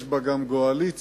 יש בה גם גועליציה,